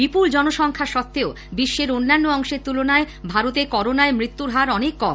বিপুল জনসংখ্যা সত্বেও বিশ্বের অন্যান্য অংশের তুলনায় ভারতে করোনায় মৃত্যুর হার অনেক কম